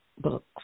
books